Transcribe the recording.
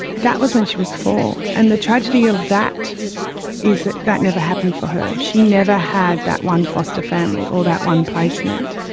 that was when she was four. and the tragedy of that is that that never happened for her. she never had that one foster family or that one placement.